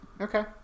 Okay